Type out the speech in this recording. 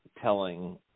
telling